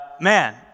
man